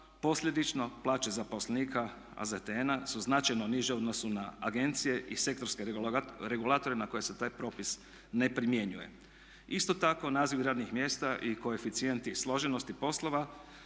posljedično plaće zaposlenika AZTN-a su značajno niže u odnosu na agencije i sektorske regulatore na koje se taj propis ne primjenjuje. Isto tako nazivi radnih mjesta i koeficijenti složenosti poslova